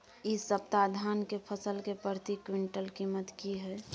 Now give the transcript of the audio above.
इ सप्ताह धान के फसल के प्रति क्विंटल कीमत की हय?